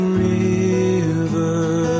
river